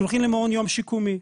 בסדר,